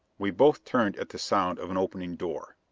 we both turned at the sound of an opening door.